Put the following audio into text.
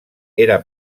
era